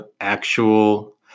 actual